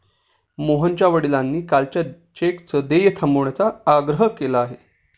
मोहनच्या वडिलांनी कालच्या चेकचं देय थांबवण्याचा आग्रह केला आहे